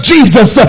Jesus